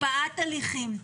להקפאת הליכים,